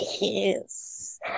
Yes